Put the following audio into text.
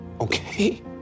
okay